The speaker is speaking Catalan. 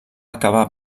acabar